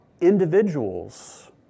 individuals